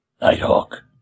Nighthawk